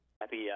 happy